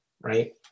right